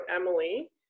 Emily